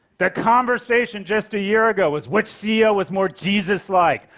the conversation just a year ago was, which ceo was more jesus-like?